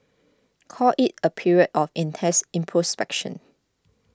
call it a period of intense